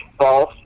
false